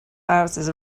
houses